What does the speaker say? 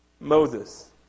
Moses